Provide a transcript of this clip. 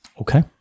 Okay